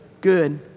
Good